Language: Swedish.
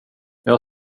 jag